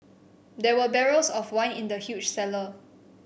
there were barrels of wine in the huge cellar